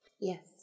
Yes